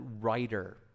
writer